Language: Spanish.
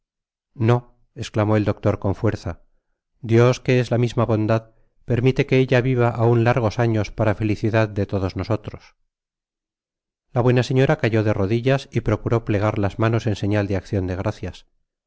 no esclamó el doctor con fuerza dios q ue es la misma bondad permite que ella viva aun lardos años para la felicidad de todos nosolros la buena señora cayó de rodillas y procuró plegar las manos en señal de accion de gracias